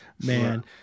man